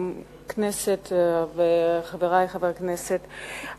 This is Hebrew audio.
חברי חברי הכנסת,